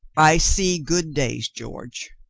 i see good days, george.